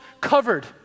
covered